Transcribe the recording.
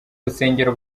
rusengero